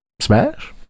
smash